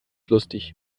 lustig